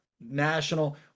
national